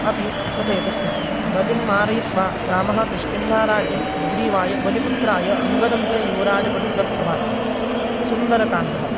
अपि कथयति स्म बलिं मारयित्वा रामः कष्किन्धाराज्यं सुग्रीवाय बलिपुत्राय अङ्गदं च युवराजपदं दत्तवान् सुन्दरकाण्डं